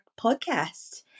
podcast